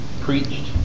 Preached